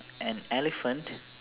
an elephant